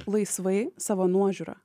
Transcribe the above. laisvai savo nuožiūra